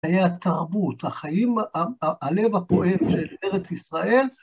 היה התרבות, החיים, הלב הפועם של ארץ ישראל.